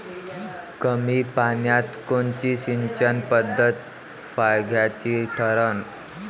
कमी पान्यात कोनची सिंचन पद्धत फायद्याची ठरन?